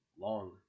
long